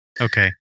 Okay